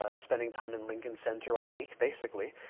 ah spending time in lincoln center all week, basically,